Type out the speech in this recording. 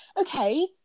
Okay